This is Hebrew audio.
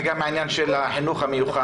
וגם את העניין של החינוך המיוחד.